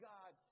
God